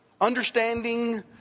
understanding